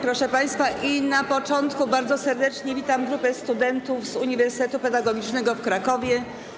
Proszę państwa, na początku bardzo serdecznie witam grupę studentów z Uniwersytetu Pedagogicznego w Krakowie.